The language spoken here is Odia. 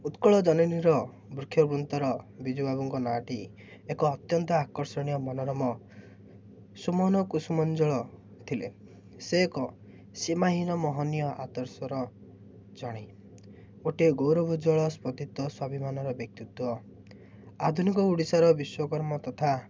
ଉତ୍କଳ ଜନନୀର ବୃକ୍ଷ ବୃନ୍ତର ବିଜୁବାବୁଙ୍କ ନାଁ ଟି ଏକ ଅତ୍ୟନ୍ତ ଆକର୍ଷଣୀୟ ମନୋରମ ସୁମନ କୁସୁମଞ୍ଜଳ ଥିଲେ ସେ ଏକ ସୀମାହୀନ ମୋହନୀୟ ଆଦର୍ଶର ଜଣେ ଗୋଟିଏ ଗୌରବଜ୍ଜ୍ୱଳ ସ୍ପତିିତ ସ୍ୱାଭିମାନର ବ୍ୟକ୍ତିତ୍ୱ ଆଧୁନିକ ଓଡ଼ିଶାର ବିଶ୍ୱକର୍ମ ତଥା